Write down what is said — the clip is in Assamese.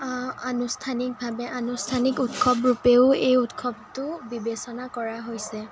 আনুষ্ঠানিক ভাৱে আনুষ্ঠানিক উৎসৱ ৰূপেও এই উৎসৱটো বিবেচনা কৰা হৈছে